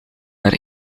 naar